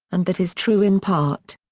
and that is true in part.